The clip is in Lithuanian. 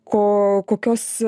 ko kokios